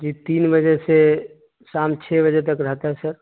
جی تین بجے سے شام چھ بجے تک رہتا ہے سر